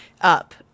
up